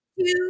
two